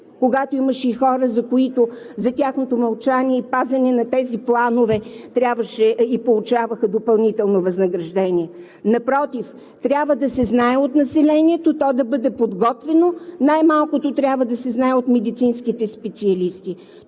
когато имаше хора, за които, за тяхното мълчание и пазене на тези планове получаваха допълнително възнаграждение. Напротив, трябва да се знае от населението то да бъде подготвено. Най-малкото трябва да се знае от медицинските специалисти.